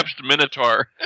minotaur